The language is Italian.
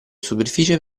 superficie